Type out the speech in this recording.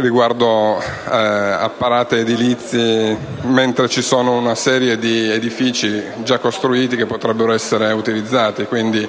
riguardo apparati edilizi mentre ci sono una serie di edifici già costruiti che potrebbero essere utilizzati. Quindi,